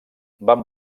van